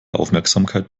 aufmerksamkeit